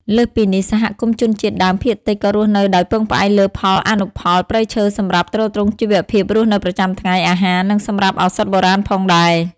លើសពីនេះ សហគមន៍ជនជាតិដើមភាគតិចក៏រស់នៅដោយពឹងផ្អែកលើផលអនុផលព្រៃឈើសម្រាប់ទ្រទ្រង់ជីវភាពរស់នៅប្រចាំថ្ងៃ អាហារ និងសម្រាប់ឱសថបុរាណផងដែរ។